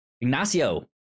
Ignacio